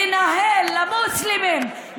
למוסלמים,